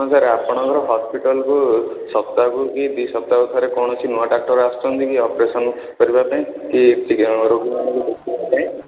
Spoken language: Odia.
ହଁ ସାର୍ ଆପଣଙ୍କର ହସ୍ପିଟାଲ୍କୁ ସପ୍ତାହକୁ କି ଦୁଇ ସପ୍ତାହକୁ ଥରେ କୌଣସି ନୂଆ ଡାକ୍ଟର ଆସୁଛନ୍ତି କି ଅପରେସନ୍ କରିବା ପାଇଁ କି ରୋଗୀମାନଙ୍କୁ ଦେଖିବା ପାଇଁ